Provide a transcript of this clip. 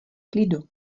klidu